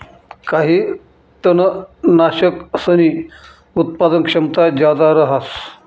काही तननाशकसनी उत्पादन क्षमता जादा रहास